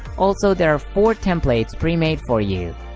also there are four templates pre-made for you.